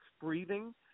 breathing